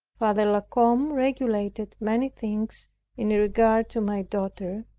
father la combe regulated many things in regard to my daughter,